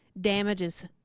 damages